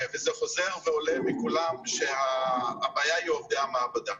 וזה חוזר ועולה מכולם, שהבעיה היא עובדי המעבדה.